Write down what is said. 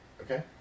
Okay